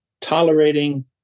tolerating